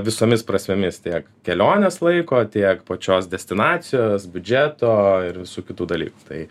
visomis prasmėmis tiek kelionės laiko tiek pačios destinacijos biudžeto ir visų kitų dalykų tai